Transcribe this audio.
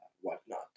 whatnot